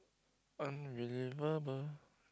unbelievable